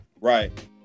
Right